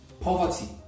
Poverty